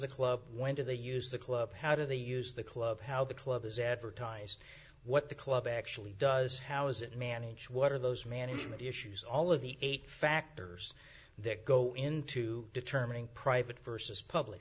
the club when to they use the club how do they use the club how the club is advertised what the club actually does how is it man each what are those management issues all of the eight factors that go into determining private versus public